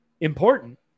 important